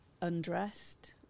Undressed